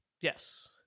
Yes